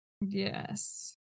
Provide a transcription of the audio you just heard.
Yes